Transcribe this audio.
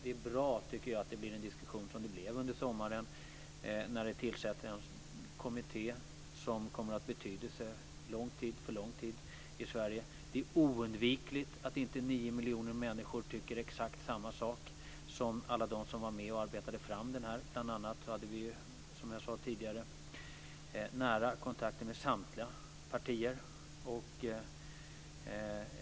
Jag tycker att det är bra att det blir en diskussion som det blev under sommaren när det tillsattes en kommitté som kommer att ha betydelse för lång tid i Sverige. Det är oundvikligt att 9 miljoner människor inte tycker exakt samma sak som alla de som var med och arbetade fram detta. Som jag sade tidigare hade vi bl.a. nära kontakter med samtliga partier.